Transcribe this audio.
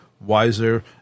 wiser